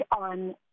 on